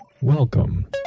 Welcome